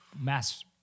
mass